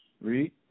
Read